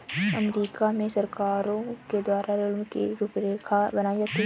अमरीका में सरकारों के द्वारा ऋण की रूपरेखा बनाई जाती है